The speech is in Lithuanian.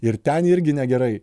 ir ten irgi negerai